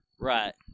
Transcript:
right